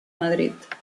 madrid